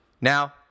now